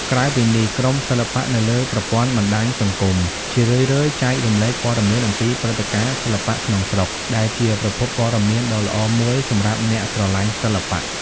ក្រៅពីនេះ ក្រុមសិល្បៈ នៅលើប្រព័ន្ធបណ្តាញសង្គម ជារឿយៗចែករំលែកព័ត៌មានអំពីព្រឹត្តិការណ៍សិល្បៈក្នុងស្រុក ដែលជាប្រភពព័ត៌មានដ៏ល្អមួយសម្រាប់អ្នកស្រឡាញ់សិល្បៈ។